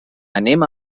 anem